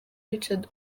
richard